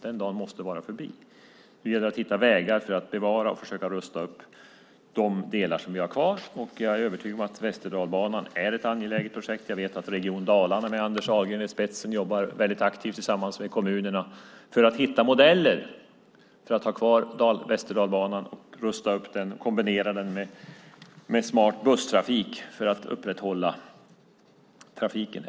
Det gäller att hitta möjligheter att bevara och rusta upp de delar vi har kvar. Jag är övertygad om att Västerdalsbanan är ett angeläget projekt. Jag vet att Region Dalarna med Anders Ahlgren i spetsen jobbar aktivt tillsammans med kommunerna för att hitta modeller för att ha kvar Västerdalsbanan, rusta upp den och kombinera den med smart busstrafik för att upprätthålla trafiken.